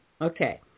Okay